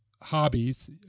hobbies